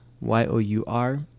Y-O-U-R